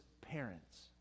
parents